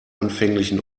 anfänglichen